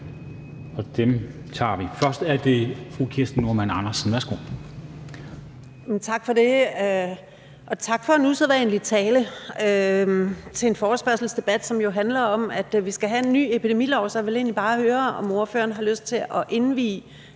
Andersen. Værsgo. Kl. 14:19 Kirsten Normann Andersen (SF): Tak for det, og tak for en usædvanlig tale i en forespørgselsdebat, som jo handler om, at vi skal have en ny epidemilov. Så jeg vil egentlig bare høre, om ordføreren har lyst til at indvie